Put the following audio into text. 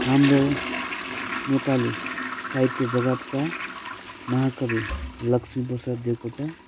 हाम्रो नेपाली साहित्य जगत्का महाकवि लक्ष्मीप्रसाद देवकोटा